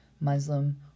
muslim